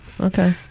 okay